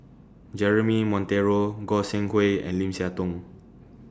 Jeremy Monteiro Goi Seng Hui and Lim Siah Tong